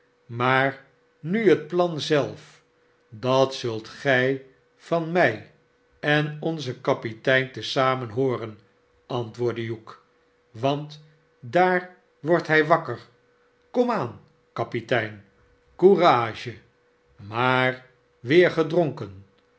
maar nu het plan zelf dat zult gij van mij en onzen kapitein te zamen hooren antwoordde hugh a want daar wordt hij wakker kom aan kapitein courage maar weer gedronken